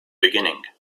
beginning